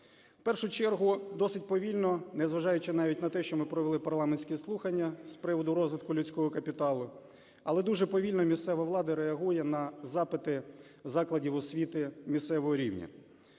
В першу чергу, досить повільно, незважаючи навіть на те, що ми провели парламентські слухання з приводу розвитку людського капіталу, але дуже повільно місцева влада реагує на запити закладів освіти місцевого рівня.